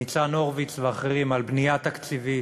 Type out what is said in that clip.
ניצן הורוביץ ואחרים, על בנייה תקציבית,